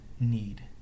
need